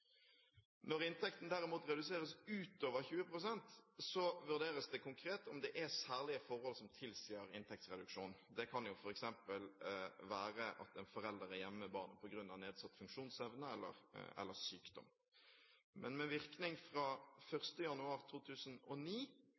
Når inntekten derimot reduseres utover 20 pst., vurderes det konkret om det er særlige forhold som tilsier en inntektsreduksjon. Det kan f.eks. være at en forelder er hjemme med barnet på grunn av nedsatt funksjonsevne eller sykdom. Med virkning fra 1. januar 2009